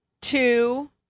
two